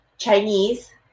Chinese